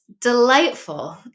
delightful